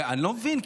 אני לא מבין.